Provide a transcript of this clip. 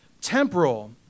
temporal